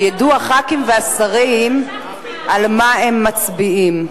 שידעו הח"כים והשרים על מה הם מצביעים.